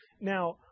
Now